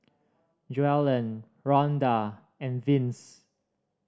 Joellen Ronda and Vince